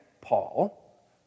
Paul